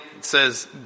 says